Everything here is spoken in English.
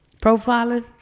Profiling